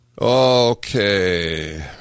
Okay